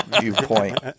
viewpoint